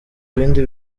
ibindi